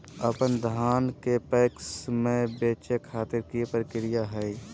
अपन धान के पैक्स मैं बेचे खातिर की प्रक्रिया हय?